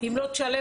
אם לא תשלם,